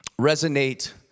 resonate